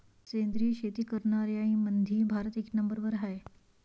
सेंद्रिय शेती करनाऱ्याईमंधी भारत एक नंबरवर हाय